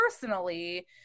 personally